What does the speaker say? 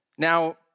Now